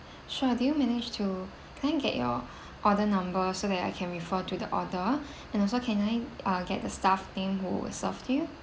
sure do you manage to can I get your order number so that I can refer to the order and also can I uh get the staff name who served you